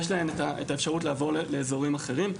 יש להן את האפשרות לעבור לאזורים אחרים.